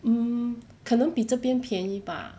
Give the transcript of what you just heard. mm 可能比这边便宜吧